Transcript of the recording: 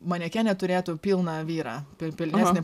manekenė turėtų pilną vyrą pilnesnį